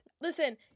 listen